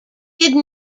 did